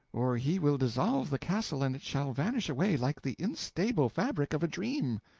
or he will dissolve the castle and it shall vanish away like the instable fabric of a dream!